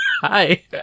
Hi